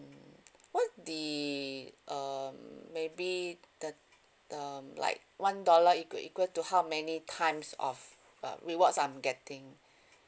what the um maybe the um like one dollar equal equal to how many times of uh rewards I'm getting